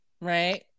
right